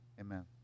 amen